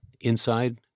inside